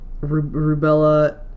Rubella